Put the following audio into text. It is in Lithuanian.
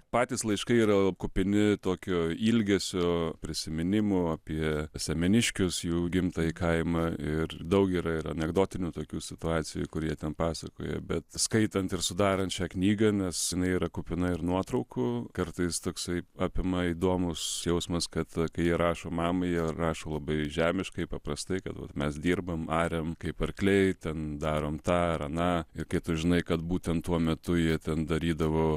patys laiškai yra kupini tokio ilgesio prisiminimų apie semeniškius jų gimtąjį kaimą ir daug yra ir anekdotinių tokių situacijų kur jie ten pasakoja bet skaitant ir sudarant šią knygą nes jinai yra kupina ir nuotraukų kartais toksai apima įdomus jausmas kad kai jie rašo mamai rašo labai žemiškai paprastai kad vat mes dirbam ariam kaip arkliai ten darome tą ir aną ir kai tu žinai kad būtent tuo metu jie ten darydavo